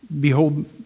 Behold